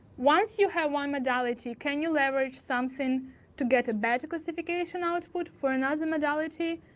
once you have one modality, can you leverage something to get a better classification output for another modality?